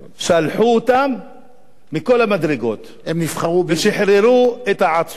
זרקו אותם מכל המדרגות ושחררו את העצורים.